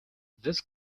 this